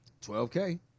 12K